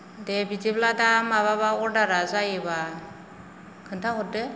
दे बिदिब्ला दा माबाबा अर्दारा जायोबा खोन्थाहरदो